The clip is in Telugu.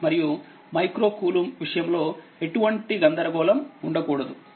10 6మరియు మైక్రో కూలుంబ్ విషయంలోఎటువంటిగందరగోళంఉండకూడదు